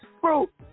fruit